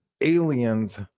aliens